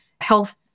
health